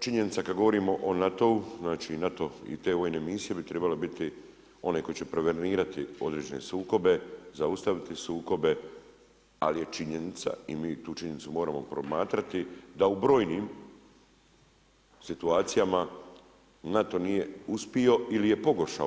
činjenica kad govorimo o NATO-u, znači NATO i te vojne misije bi trebale biti one koje će programirati određene sukobe, zaustaviti sukobe, ali je činjenica i mi tu činjenicu moramo promatrati, da u brojnim situacijama, NATO nije uspio ili je poboljšao.